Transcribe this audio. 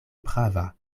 prava